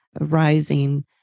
rising